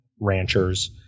ranchers